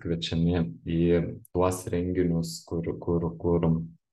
kviečiami į tuos renginius kur kur kur